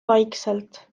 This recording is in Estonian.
vaikselt